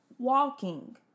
Walking